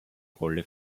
rolle